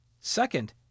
Second